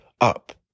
up